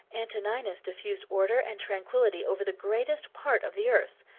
antoninus diffused order and tranquillity over the greatest part of the earth.